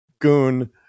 Goon